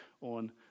on